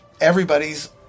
everybody's